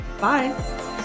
Bye